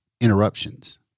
interruptions